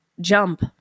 jump